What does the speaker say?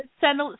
send